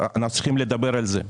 אנחנו צריכים לדבר על זה.